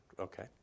Okay